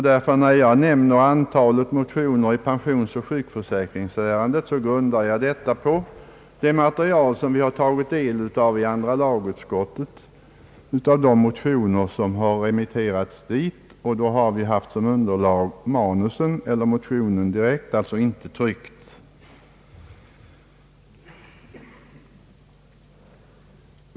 När jag därför nämner antalet motioner i pensionsoch sjukförsäkringsfrågan grundar jag detta på det material som vi i andra lagutskottet har fått genom de motioner som remitterats dit. Vi har då som underlag haft manuskripten och alltså inte motionerna i tryckt form.